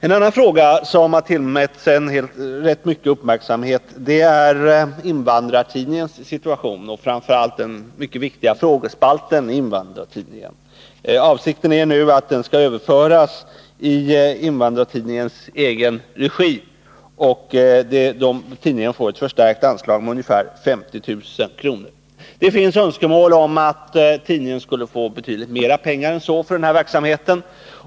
En annan fråga som har tillmätts en hel del uppmärksamhet är Invandrartidningens situation. Det gäller framför allt den mycket viktiga frågespalten i Invandrartidningen. Avsikten är nu att den skall överföras i Invandrartidningens egen regi, och tidningen får därför ett med ungefär 50 000 kr. förstärkt anslag. Det fanns önskemål om att tidningen skulle få betydligt mera pengar än så för den verksamheten.